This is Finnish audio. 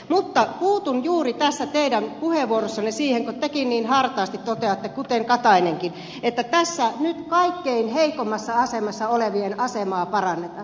mutta puutun juuri tässä teidän puheenvuorossanne siihen kun tekin niin hartaasti toteatte kuten katainenkin että tässä nyt kaikkein heikoimmassa asemassa olevien asemaa parannetaan